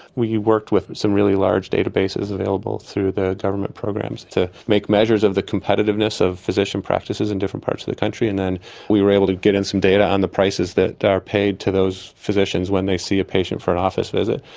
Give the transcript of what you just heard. we worked with some really large databases available through the government programs to make measures of the competitiveness of physician practices in different parts of the country and then we were able to get in some data on the prices that are paid to those physicians when they see a patient for an office visit.